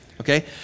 okay